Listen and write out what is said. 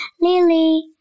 Lily